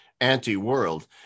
anti-world